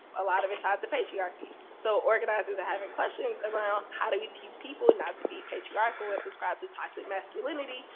a lot of it's tied to patriarchy. so organizers are having question around how do we teach people not to be patriarchal and subscribe to toxic masculinity,